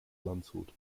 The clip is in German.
landshut